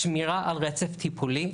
שמירה על רצף טיפולי.